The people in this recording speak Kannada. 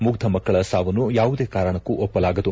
ಮುಗ್ದ ಮಕ್ಕಳ ಸಾವನ್ನು ಯಾವುದೇ ಕಾರಣಕ್ಕೂ ಒಪ್ಪಲಾಗದು